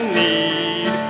need